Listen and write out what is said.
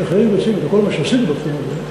וכל מה שעשיתי בעניין הזה,